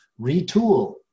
retool